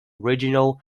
regional